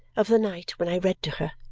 of the night when i read to her,